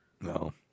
No